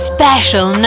Special